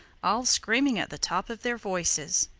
all screaming at the top of their voices.